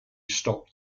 stopped